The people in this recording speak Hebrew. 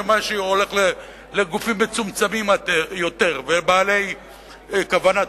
שמה שהולך לגופים מצומצמים יותר ובעלי כוונת